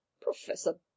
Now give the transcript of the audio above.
professor